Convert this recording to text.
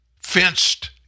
fenced